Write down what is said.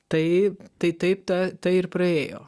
tai tai taip ta ta ir praėjo